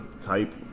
type